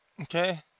okay